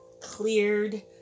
cleared